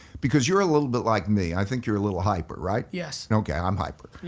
because you're a little bit like me, i think you're a little hyper, right? yes. okay, i'm hyper.